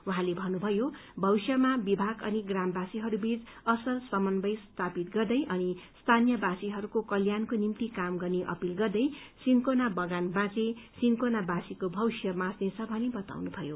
उहाँले भन्नुभयो भविष्यमा विभाग अनि ग्रामवासीहरूको कल्याणको समन्वय स्थापित गर्दै अनि स्थानीय वासीहरूको कल्याणको निम्ति काम गर्ने अपील गर्दै सिन्कोना बगान बाँचे सिन्कोनावासीको भविष्य बाँच्ने छ भनी बताउनु भयो